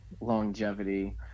longevity